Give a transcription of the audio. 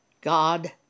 God